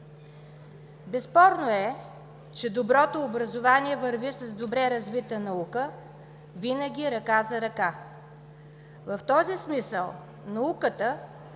Безспорно е, че доброто образование върви с добре развита наука винаги ръка за ръка. В този смисъл науката,